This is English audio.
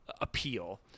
appeal